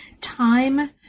Time